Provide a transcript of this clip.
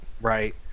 right